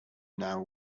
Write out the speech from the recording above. now